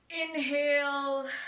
Inhale